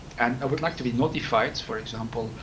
and i would like to be notified, for example,